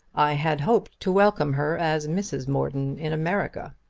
i had hoped to welcome her as mrs. morton in america.